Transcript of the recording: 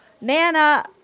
Nana